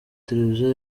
televiziyo